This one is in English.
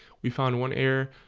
we found one error.